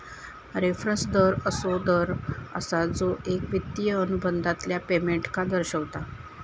reference दर असो दर असा जो एक वित्तिय अनुबंधातल्या पेमेंटका दर्शवता